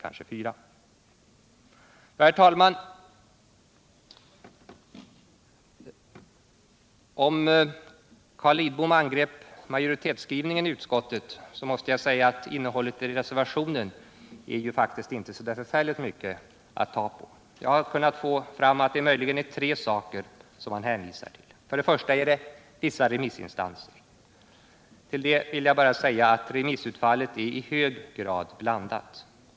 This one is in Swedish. Carl Lidbom angrep majoritetsskrivningen i utskottet, men jag måste säga att innehållet i reservationen faktiskt inte är mycket att ta på. Jag har kunnat få fram att reservanterna motiverar sitt ställningstagande i tre skilda avseenden. För det första hänvisar reservanterna till vissa remissinstanser. Om det vill jag bara säga att remissutfallet är i hög grad blandat.